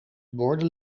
borden